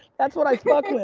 that's what i fuck with.